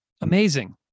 Amazing